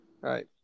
Right